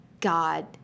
God